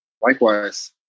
Likewise